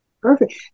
Perfect